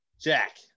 Jack